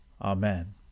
Amen